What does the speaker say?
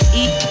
eat